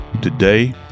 Today